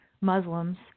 Muslims